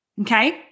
okay